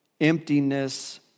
emptiness